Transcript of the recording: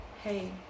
Hey